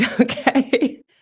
Okay